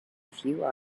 few